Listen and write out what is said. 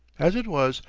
as it was,